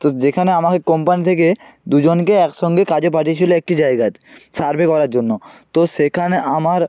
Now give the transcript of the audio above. তো যেখানে আমাকে কোম্পানি থেকে দু জনকে একসঙ্গে কাজে পাঠিয়েছিলো একটি জায়গাতে সার্ভে করার জন্য তো সেখানে আমার